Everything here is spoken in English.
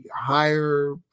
higher